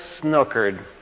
snookered